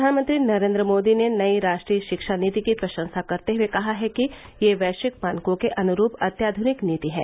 प्रधानमंत्री नरेन्द्र मोदी ने नई राष्ट्रीय शिक्षा नीति की प्रशंसा करते हुए कहा है कि यह वैश्विक मानकों के अनुरूप अत्याधुनिक नीति है